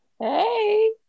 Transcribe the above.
Hey